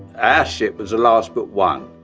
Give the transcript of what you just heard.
our ship was the last but one.